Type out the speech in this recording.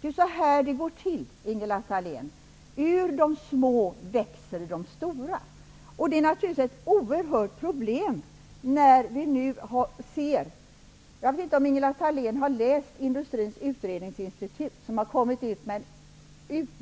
Det är så här det går till, Ingela Thalén. Ur de små växer de stora. Jag vet inte om Ingela Thalén har läst den utmärkta redovisningen Den långa vägen från Industrins utredningsinstitut.